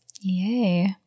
Yay